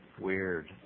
Weird